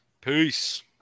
Peace